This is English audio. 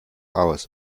hours